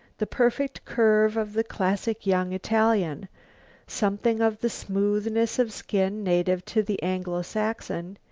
the perfect curve of the classic young italian something of the smoothness of skin native to the anglo-saxon,